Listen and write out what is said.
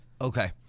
Okay